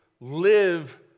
live